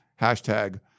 Hashtag